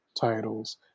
titles